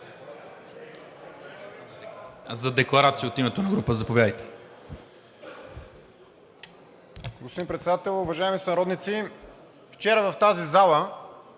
за декларация от името на група – заповядайте.